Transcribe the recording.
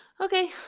Okay